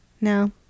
No